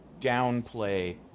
downplay